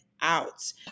out